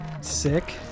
sick